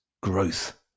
growth